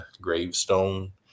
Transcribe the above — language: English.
gravestone